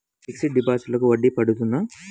Fixed డిపాజిట్లకు వడ్డీ పడుతుందా?